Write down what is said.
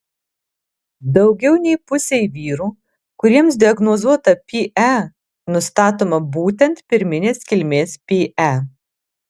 daugiau nei pusei vyrų kuriems diagnozuota pe nustatoma būtent pirminės kilmės pe